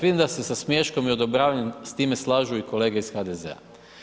Vidim da se sa smiješkom i odobravanjem s time slažu i kolege iz HDZ.